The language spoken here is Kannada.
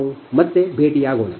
ನಾವು ಮತ್ತೆ ಭೇಟಿಯಾಗೋಣ